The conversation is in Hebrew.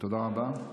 תודה רבה.